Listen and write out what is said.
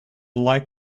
like